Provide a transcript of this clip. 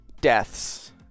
deaths